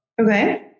okay